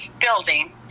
building